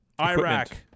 Iraq